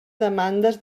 demandes